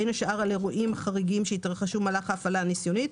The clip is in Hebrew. בין השאר על אירועים חריגים שהתרחשו במהלך ההפעלה הניסיונית,